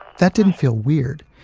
that didn't feel weird.